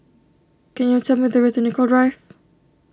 can you tell me the way to Nicoll Drive